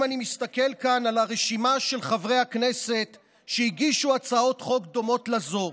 אם אני מסתכל כאן על הרשימה של חברי הכנסת שהגישו הצעות חוק דומות לזו,